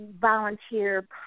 volunteer